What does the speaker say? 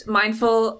mindful